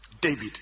David